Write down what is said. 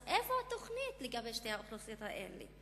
אז איפה התוכנית לגבי שתי האוכלוסיות האלה?